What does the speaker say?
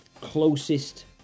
Closest